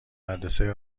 مدرسه